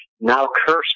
now-cursed